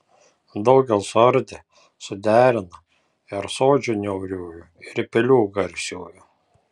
daugel suardė suderino ir sodžių niauriųjų ir pilių garsiųjų